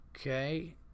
Okay